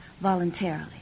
voluntarily